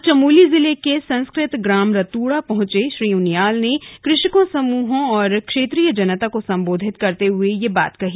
आज चमोली जिले के संस्कृत ग्राम रतूडा पहुंचे श्री उनियाल ने कृषकों समूहों और क्षेत्रीय जनता को संबोधित करते हुए यह बात कही